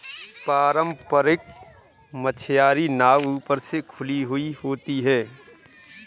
पारम्परिक मछियारी नाव ऊपर से खुली हुई होती हैं